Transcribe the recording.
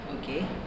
Okay